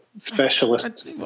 specialist